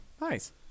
Nice